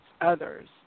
others